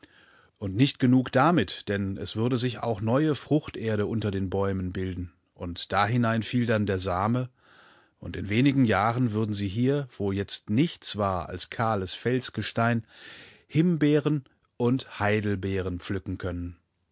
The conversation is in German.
und nicht genug damit denn es würde sich auch neue fruchterde unter den bäumen bilden und dahinein fiel dann der same und in wenigen jahren würden sie hier wo jetzt nichts war als kahles felsgestein himbeeren und heidelbeeren pflücken können